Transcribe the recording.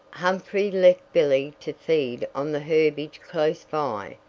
humphrey left billy to feed on the herbage close by,